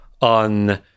on